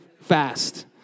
fast